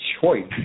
choice